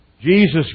Jesus